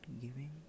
giving